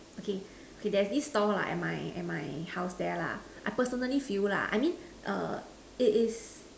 okay there's this store at my house there I personally feel I mean